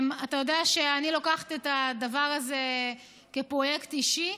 אתה יודע שאני לוקחת את הדבר הזה כפרויקט אישי.